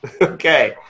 Okay